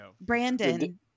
Brandon